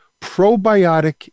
probiotic